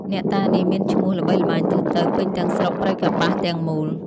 អ្នកតានេះមានឈ្មោះល្បីល្បាញទូទៅ ពេញទាំងស្រុកព្រៃកប្បាសទាំងមូល។